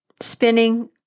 Spinning